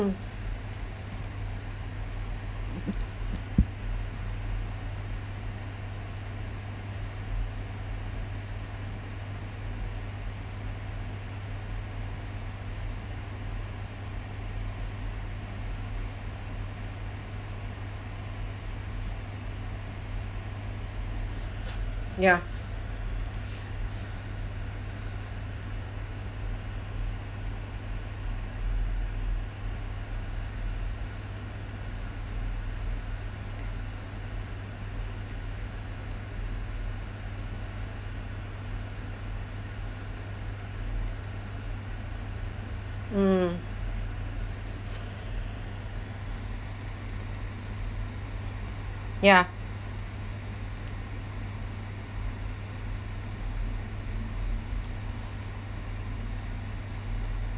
ya mm ya